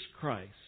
Christ